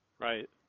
Right